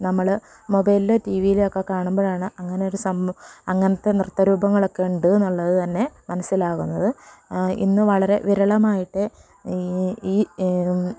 നമ്മൾ മൊബൈലിലോ ടീ വിയിലൊക്കെ കാണുമ്പോഴാണ് അങ്ങനെയൊരു അങ്ങനത്തെ നൃത്തരൂപങ്ങളൊക്കെ ഉണ്ട് എന്നുള്ളതുതന്നെ മനസ്സിലാകുന്നത് ഇന്നു വളരെ വിരളമായിട്ടേ ഈ ഈ